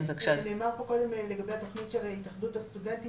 נאמר פה קודם לגבי התוכנית של התאחדות הסטודנטים